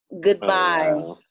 Goodbye